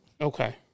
Okay